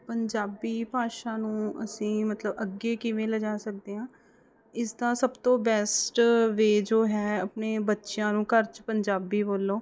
ਪੰਜਾਬੀ ਭਾਸ਼ਾ ਨੂੰ ਅਸੀਂ ਮਤਲਬ ਅੱਗੇ ਕਿਵੇਂ ਲਿਜਾ ਸਕਦੇ ਹਾਂ ਇਸਦਾ ਸਭ ਤੋਂ ਬੈਸਟ ਵੇਅ ਜੋ ਹੈ ਆਪਣੇ ਬੱਚਿਆਂ ਨੂੰ ਘਰ 'ਚ ਪੰਜਾਬੀ ਬੋਲੋ